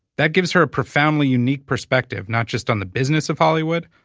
that gives her a profoundly unique perspective, not just on the business of hollywood,